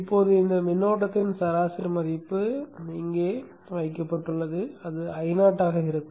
இப்போது இந்த மின்னோட்டத்தின் சராசரி மதிப்பு இங்கே எங்காவது வைக்கப்பட்டுள்ளது அது Io ஆக இருக்கும்